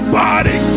body